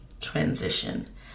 transition